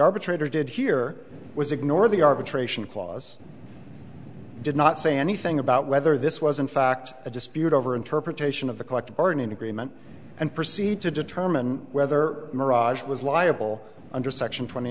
arbitrator did here was ignore the arbitration clause did not say anything about whether this was in fact a dispute over interpretation of the collective bargaining agreement and proceed to determine whether mirage was liable under section twenty